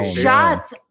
shots